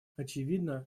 очевидно